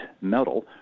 metal